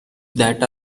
that